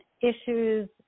issues